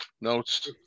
notes